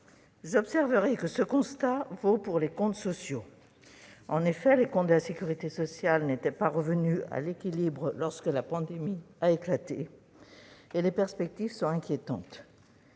J'observe que ce constat vaut également pour les comptes sociaux. En effet, les comptes de la sécurité sociale n'étaient pas revenus à l'équilibre lorsque la pandémie a éclaté et les perspectives sont inquiétantes.